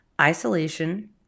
Isolation